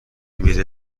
میره